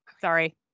Sorry